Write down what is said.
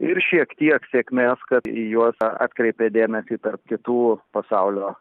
ir šiek tiek sėkmės kad į juos atkreipė dėmesį tarp kitų pasaulio